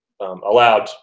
allowed